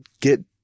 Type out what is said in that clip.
get